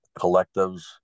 collectives